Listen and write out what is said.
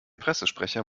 pressesprecher